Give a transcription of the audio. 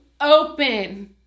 open